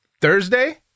thursday